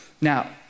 Now